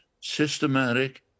systematic